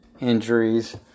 injuries